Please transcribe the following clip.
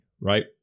Right